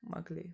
مۄکلے